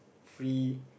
free